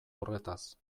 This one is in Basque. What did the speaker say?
horretaz